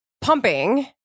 Pumping